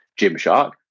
Gymshark